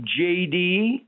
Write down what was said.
JD